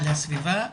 על הסביבה,